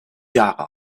jahre